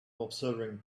observing